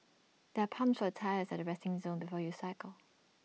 there are pumps for your tyres at resting zone before you cycle